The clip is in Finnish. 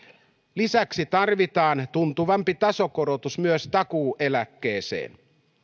lisäksi tarvitaan tuntuvampi tasokorotus myös takuueläkkeeseen